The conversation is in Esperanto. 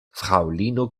fraŭlino